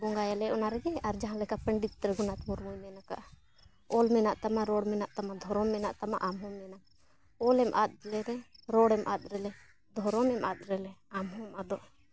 ᱵᱚᱸᱜᱟᱭᱟᱞᱮ ᱚᱱᱟ ᱨᱮᱜᱮ ᱟᱨ ᱡᱟᱦᱟᱸ ᱞᱮᱠᱟ ᱯᱚᱱᱰᱤᱛ ᱨᱚᱜᱷᱩᱱᱟᱛᱷ ᱢᱩᱨᱢᱩᱭ ᱢᱮᱱᱟᱜ ᱠᱟᱜᱼᱟ ᱚᱞ ᱢᱮᱱᱟᱜ ᱛᱟᱢᱟ ᱨᱚᱲ ᱢᱮᱱᱟᱜ ᱛᱟᱢᱟ ᱫᱷᱚᱨᱚᱢ ᱢᱮᱱᱟᱜ ᱛᱟᱢᱟ ᱟᱢᱦᱚᱸ ᱢᱮᱱᱟᱢ ᱚᱞᱮᱢ ᱟᱫ ᱞᱮᱨᱮ ᱨᱚᱲᱮᱢ ᱟᱫ ᱞᱮᱨᱮ ᱫᱷᱚᱨᱚᱢ ᱮᱢ ᱟᱫ ᱞᱮᱨᱮ ᱟᱢᱦᱚᱸᱢ ᱟᱫᱚᱜᱼᱟ